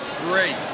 Great